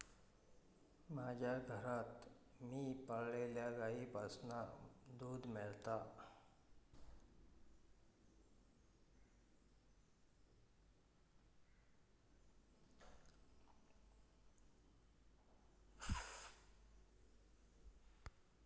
माज्या घरात मी पाळलल्या गाईंपासना दूध मेळता